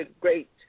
great